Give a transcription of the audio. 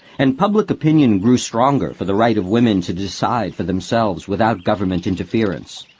and public opinion grew stronger for the right of women to decide for themselves without government interference.